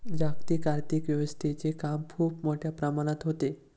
जागतिक आर्थिक व्यवस्थेचे काम खूप मोठ्या प्रमाणात होते